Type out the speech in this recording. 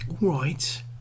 Right